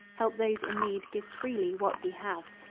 help those in need give freely what we have.